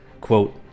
quote